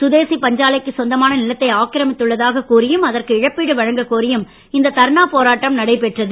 சுதேசிப் பஞ்சாலைக்குச் சொந்தமான நிலத்தை ஆக்கிரமித்துள்ளதாகக் கூறியும் அதற்கு இழப்பீடு வழங்கக் கோரியும் இந்த தர்ணா போராட்டம் நடைபெற்றது